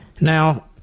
now